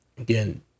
again